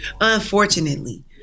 unfortunately